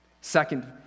Second